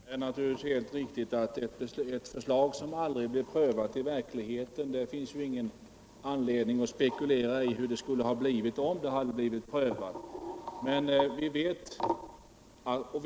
Herr talman! Det är naturligtvis helt riktigt att det inte finns någon anledning att spekulera över hur det skulle ha blivit om ett förslag, som aldrig genomförts, hade prövats i verkligheten.